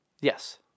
Yes